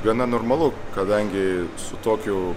gana normalu kadangi su tokiu